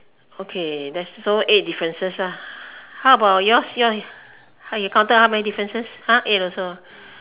okay that's so eight differences how about yours yours you counted how many differences !huh! eight also